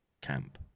camp